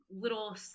Little